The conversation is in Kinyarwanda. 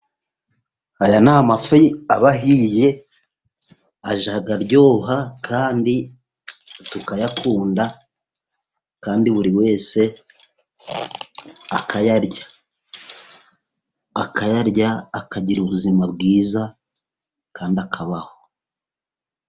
Aya ni amafi aba ahiye ajya aryoha, kandi tukayakunda, kandi buri wese akayarya, akayarya, akagira ubuzima bwiza, kandi akabaho.